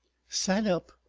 sat up,